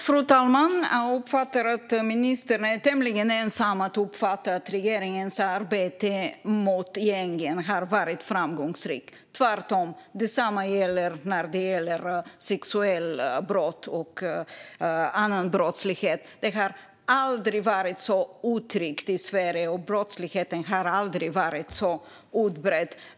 Fru talman! Jag uppfattar att ministern är tämligen ensam om att uppfatta regeringens arbete mot gängen som framgångsrikt. Det är tvärtom, och detsamma gäller sexualbrott och annan brottslighet. Det har aldrig varit så otryggt i Sverige, och brottsligheten har aldrig varit så utbredd.